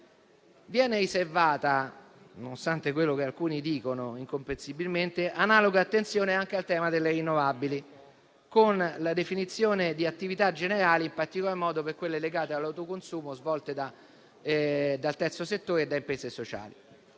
espropriativi. Nonostante quello che alcuni incomprensibilmente dicono, analoga attenzione viene riservata anche al tema delle rinnovabili con la definizione di attività generali, in particolar modo per quelle legate all'autoconsumo svolte dal terzo settore e da imprese sociali.